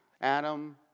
Adam